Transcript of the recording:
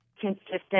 consistent